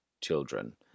children